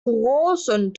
großen